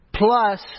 Plus